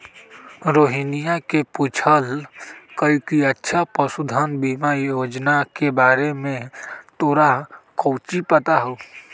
रोहिनीया ने पूछल कई कि अच्छा पशुधन बीमा योजना के बारे में तोरा काउची पता हाउ?